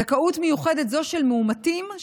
זכאות מיוחדת זו של מאומתים,